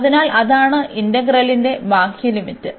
അതിനാൽ അതാണ് ഇന്റഗ്രലിന്റെ ബാഹ്യ ലിമിറ്റ്